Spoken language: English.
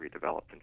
redeveloped